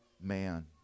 man